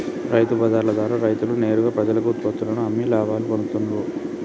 రైతు బజార్ల ద్వారా రైతులు నేరుగా ప్రజలకు ఉత్పత్తుల్లను అమ్మి లాభాలు పొందుతూండ్లు